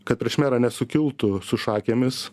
kad prieš merą nesukiltų su šakėmis